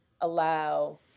allow